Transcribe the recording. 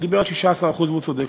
הוא דיבר על 16% והוא צודק,